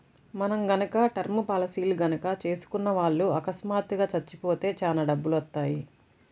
మనం గనక టర్మ్ పాలసీలు గనక చేసుకున్న వాళ్ళు అకస్మాత్తుగా చచ్చిపోతే చానా డబ్బులొత్తయ్యి